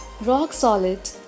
rock-solid